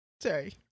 Sorry